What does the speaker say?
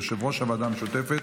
יושב-ראש הוועדה המשותפת,